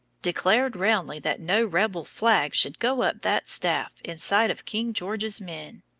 declared roundly that no rebel flag should go up that staff in sight of king george's men.